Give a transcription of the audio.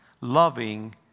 loving